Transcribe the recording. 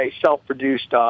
self-produced